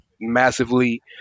massively